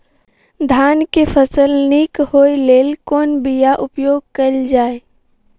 धान केँ फसल निक होब लेल केँ बीया उपयोग कैल जाय?